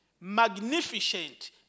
magnificent